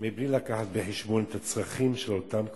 מבלי להביא בחשבון את הצרכים של אותן קבוצות.